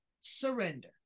Surrender